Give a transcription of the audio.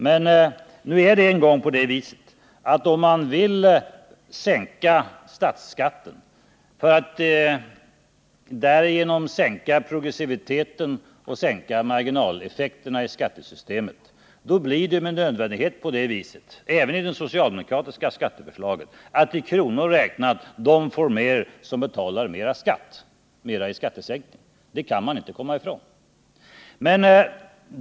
Men nu är det en gång på det viset att om man vill sänka statskatten för att därigenom minska progressiviteten och marginaleffekterna i skattesystemet, då blir det med nödvändighet så — även med det socialdemokratiska skatteförslaget — att i kronor räknat får de som betalar mera i skatt också en större skattesänkning. Detta kan man inte komma ifrån.